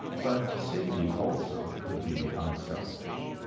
but sadie also could be unselfish.